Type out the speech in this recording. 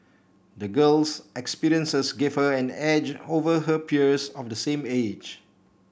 the girl's experiences gave her an edge over her peers of the same age